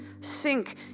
sink